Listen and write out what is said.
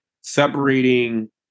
separating